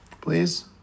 please